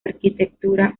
arquitectura